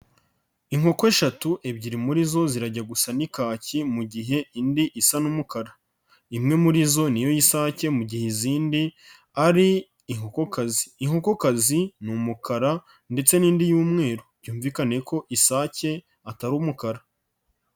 Inkoko eshatu ebyiri muri zo zirajya gusa n'ikaki, mu gihe indi isa n'umukara. Imwe muri zo niyo y'isake mu gihe izindi ari inkoko kazi. Inkoko kazi ni umukara ndetse n'indi y'umweru. Byumvikane ko isake atari umukara.